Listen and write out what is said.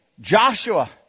Joshua